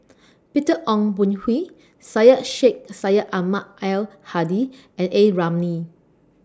Peter Ong Boon Kwee Syed Sheikh Syed Ahmad Al Hadi and A Ramli